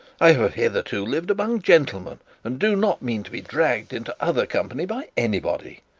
i have hitherto lived among gentlemen, and do not mean to be dragged into other company by anybody